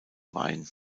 wein